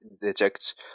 detect